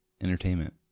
entertainment